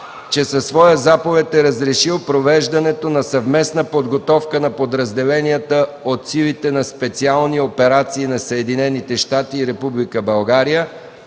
че със своя заповед е разрешил провеждането на „Съвместна подготовка на подразделенията от Силите за специални операции на Съединените американски щати и Република България”